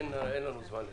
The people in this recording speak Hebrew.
אין לנו זמן לזה.